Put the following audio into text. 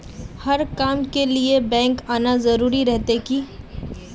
हर काम के लिए बैंक आना जरूरी रहते की?